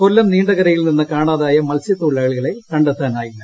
കൊല്ലം നീണ്ടകരയിൽ നിന്ന് കാണാതായ മത്സ്യത്തൊഴിലാളികളെ കണ്ടെത്താനായില്ല